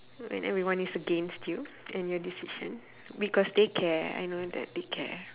when everyone is against you and your decision because they care I know that they care